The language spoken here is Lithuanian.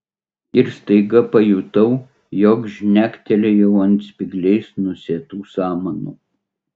ir staiga pajutau jog žnektelėjau ant spygliais nusėtų samanų